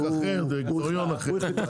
שם זה חוק אחר, קריטריון אחר למים.